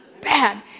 Bad